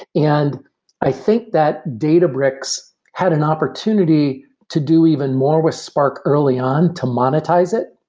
and i think that databricks had an opportunity to do even more with spark early on to monetize it,